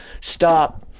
stop